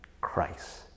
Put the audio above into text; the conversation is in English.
Christ